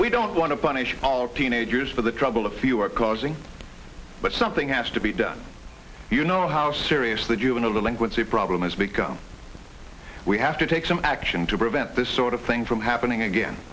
we don't want to punish all teenagers for the trouble if you are causing but something has to be done you know how seriously juvenile delinquency problem has become we have to take some action to prevent this sort of thing from happening again